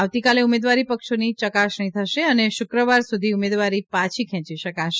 આવતીકાલે ઉમેદવારીપક્ષોની યકાસણી થશે અને શુક્રવાર સુધી ઉમેદવારી પાછી ખેંચી શકાશે